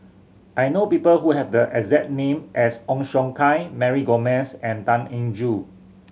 I know people who have the exact name as Ong Siong Kai Mary Gomes and Tan Eng Joo